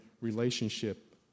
relationship